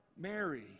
Mary